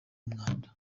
umwanda